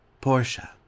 portia